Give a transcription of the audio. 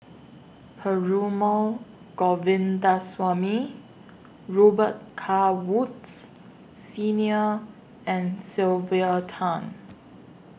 Perumal Govindaswamy Robet Carr Woods Senior and Sylvia Tan